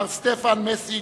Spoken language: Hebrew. מר סטפן מסיץ,